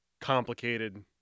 complicated